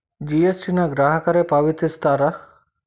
GST ನ ಗ್ರಾಹಕರೇ ಪಾವತಿಸ್ತಾರಾ